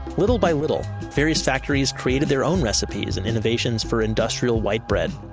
little by little, various factories created their own recipes and innovations for industrial white bread.